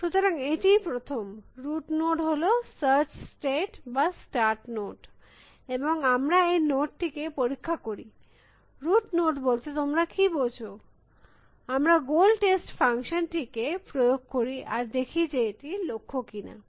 সুতরাং এটিই প্রথম রুট নোড হল সার্চ স্টেট বা স্টার্ট নোট এবং আমরা এই নোট টিকে পরীক্ষা করি রুট নোট বলতে তোমরা কী বোঝো আমরা গোল টেস্ট ফাংশন টিকে প্রয়োগ করি আর দেখি যে এটি লক্ষ্য কিনা